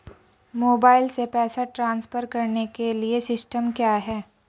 Mobile से पैसे transfer करने के लिए सिस्टम क्या है?